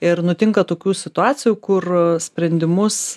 ir nutinka tokių situacijų kur sprendimus